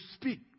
speak